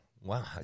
Wow